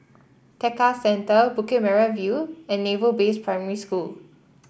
Tekka Centre Bukit Merah View and Naval Base Primary School